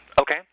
Okay